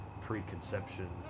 preconception